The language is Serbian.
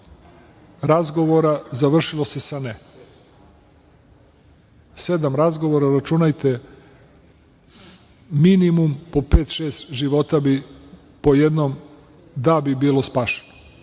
razgovora završilo se sa ne. Sedam razgovora računajte minimum po pet, šest života bi po jednom, da bi bilo spašeno.